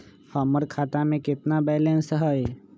हमर खाता में केतना बैलेंस हई?